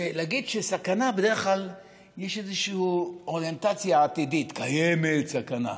בדרך כלל יש איזושהי אוריינטציה עתידית שקיימת סכנה,